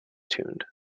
tuned